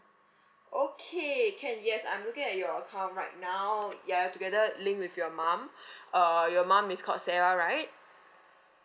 okay can yes I'm looking at your account right now you are together linked with your mum uh your mum is called sarah right